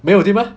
没有对 mah